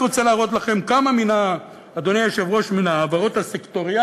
אני רק רוצה להראות לכם כמה מן ההעברות הסקטוריאליות,